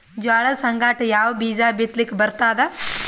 ಜೋಳದ ಸಂಗಾಟ ಯಾವ ಬೀಜಾ ಬಿತಲಿಕ್ಕ ಬರ್ತಾದ?